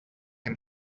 and